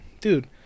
dude